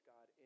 God